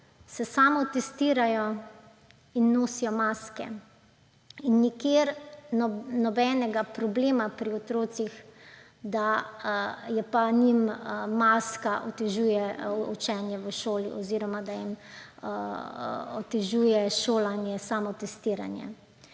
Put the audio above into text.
se samotestirajo in nosijo maske. In nikjer nobenega problema pri otrocih, da jim maska otežuje učenje v šoli oziroma da jim otežuje šolanje samotestiranje.